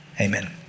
Amen